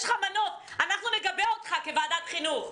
אנחנו נגבה אותך כוועדת חינוך.